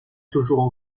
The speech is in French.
toujours